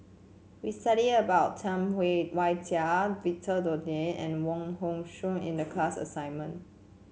we studied about Tam Wai Jia Victor Doggett and Wong Hong Suen in the class assignment